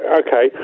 okay